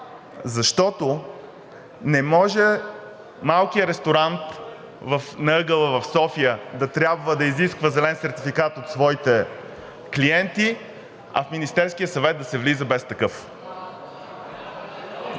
Защото не може малкият ресторант на ъгъла в София да трябва да изисква зелен сертификат от своите клиенти, а в Министерския съвет да се влиза без такъв.